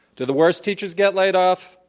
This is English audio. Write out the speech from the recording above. do the worst teachers get laid off?